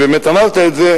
ובאמת אמרת את זה,